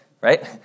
right